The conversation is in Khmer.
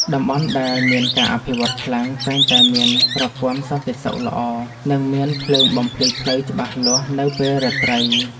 តំបន់ដែលមានការអភិវឌ្ឍខ្លាំង តែងតែមានប្រព័ន្ធសន្តិសុខល្អ និងមានភ្លើងបំភ្លឺផ្លូវច្បាស់លាស់នៅពេលរាត្រី។